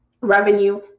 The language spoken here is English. revenue